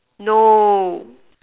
no